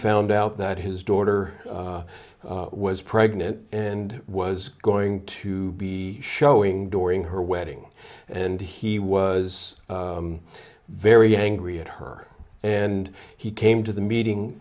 found out that his daughter was pregnant and was going to be showing during her wedding and he was very angry at her and he came to the meeting